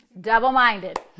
double-minded